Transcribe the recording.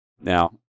Now